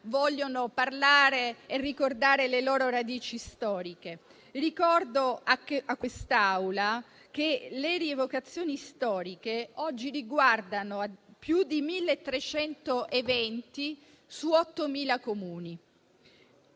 vogliono parlare e ricordare le loro radici storiche. Ricordo a quest'Assemblea che le rievocazioni storiche riguardano oggi più di 1.300 eventi su 8.000 Comuni